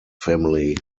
family